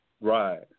Right